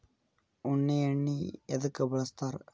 ಉಣ್ಣಿ ಎಣ್ಣಿ ಎದ್ಕ ಬಳಸ್ತಾರ್?